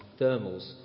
thermals